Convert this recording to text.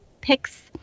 picks